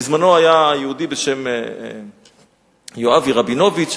בזמנו היה יהודי בשם יואבי רבינוביץ,